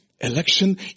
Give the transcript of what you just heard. election